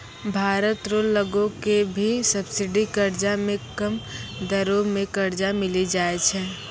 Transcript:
भारत रो लगो के भी सब्सिडी कर्जा मे कम दरो मे कर्जा मिली जाय छै